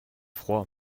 froid